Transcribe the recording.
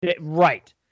Right